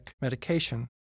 medication